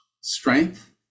strength